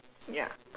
ya